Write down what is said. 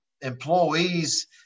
employees